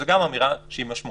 גם זאת אמירה משמעותית.